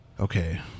Okay